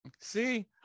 See